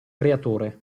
creatore